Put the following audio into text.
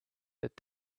that